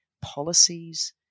policies